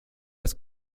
was